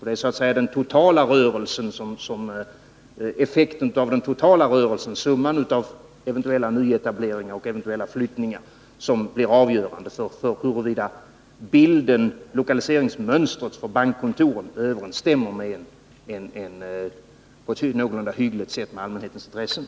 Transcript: Det är så att säga effekten av den totala rörelsen, summan av eventuella nyetableringar och eventuella flyttningar, som blir avgörande för huruvida lokaliseringsmönstret för bankkontoren överensstämmer på ett någorlunda hyggligt sätt med allmänhetens intressen.